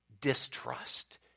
distrust